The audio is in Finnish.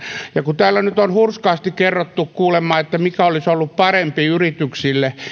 ja kun täällä nyt on hurskaasti kerrottu mikä olisi kuulemma ollut parempi yrityksille